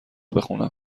بخونم